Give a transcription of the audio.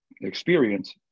experience